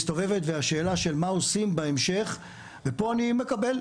על השאלה מה עושים בהמשך אני מקבל,